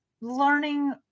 learning